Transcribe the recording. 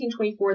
1924